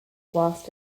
whilst